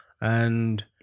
and-